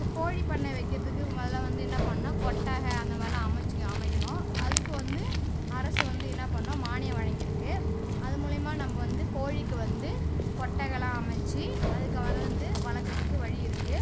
இப்போ கோழி பண்ணை வைக்கிறதுக்கு முதல்ல வந்து என்ன பண்ணுன்னா கொட்டகை அந்த மாரிலாம் அமைச்சு அமைக்கணும் அதுக்கு வந்து அரசு வந்து என்ன பண்ணுன்னா மானியம் வழங்கிருக்கு அதன் மூலியமாக நம்ப வந்து கோழிக்கு வந்து கொட்டகலாம் அமைச்சு அதற்கப்பறம் வந்து வளர்க்கறதுக்கு வழி இருக்கு